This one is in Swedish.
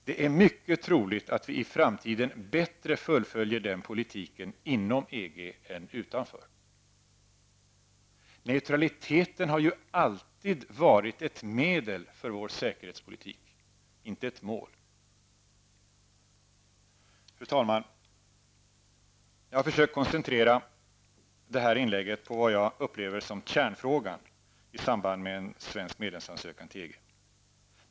Det är mycket troligt att vi i framtiden bättre fullföljer den politiken inom EG än utanför. Neutraliteten har ju alltid varit ett medel för vår säkerhetspolitik, inte ett mål. Fru talman! Jag har försökt koncentrera det här inlägget på vad jag upplever som kärnfrågan i samband med en svensk medlemsansökan till EG.